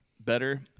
better